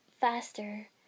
faster